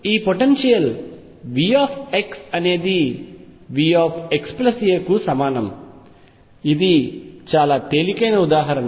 కాబట్టి ఈ potential V అనేది V xa కు సమానం ఇది చాలా తేలికైన ఉదాహరణ